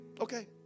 okay